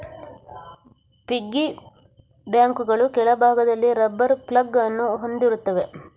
piggy ಬ್ಯಾಂಕುಗಳು ಕೆಳಭಾಗದಲ್ಲಿ rubber plug ಅನ್ನು ಹೊಂದಿರುತ್ತವೆ